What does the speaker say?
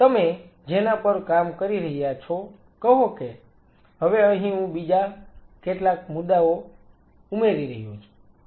તમે જેના પર કામ કરી રહ્યા છો કહો કે હવે અહી હું કેટલાક બીજા મુદ્દાઓ ઉમેરી રહ્યો છું